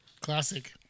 Classic